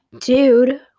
dude